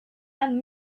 and